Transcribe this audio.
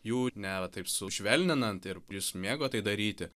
jų ne taip sušvelninant ir jis mėgo tai daryti